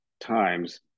times